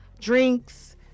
drinks